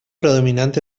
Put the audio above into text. predominant